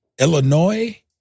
Illinois